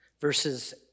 verses